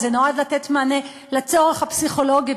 הוא נועד לתת מענה לצורך הפסיכולוגי,